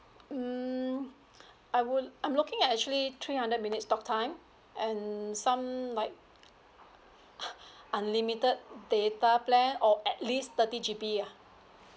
mm I would I'm looking at actually three hundred minutes talk time and some like unlimited data plan or at least thirty G_B lah